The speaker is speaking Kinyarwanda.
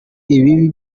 ibibi